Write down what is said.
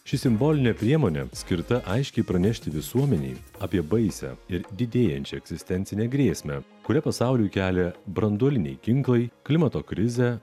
ši simbolinė priemonė skirta aiškiai pranešti visuomenei apie baisią ir didėjančią egzistencinę grėsmę kurią pasauliui kelia branduoliniai ginklai klimato krizė